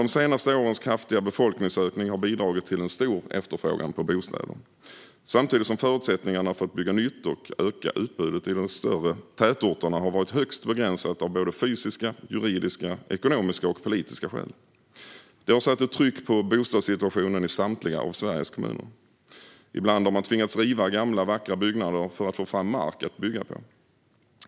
De senaste årens kraftiga befolkningsökning har bidragit till en stor efterfrågan på bostäder samtidigt som förutsättningarna för att bygga nytt och öka utbudet i de större tätorterna har varit högst begränsade av såväl fysiska som juridiska, ekonomiska och politiska skäl. Detta har satt ett tryck på bostadssituationen i samtliga Sveriges kommuner. Ibland har man tvingats att riva gamla, vackra byggnader för att få fram mark att bygga på.